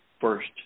first